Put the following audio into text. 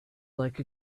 like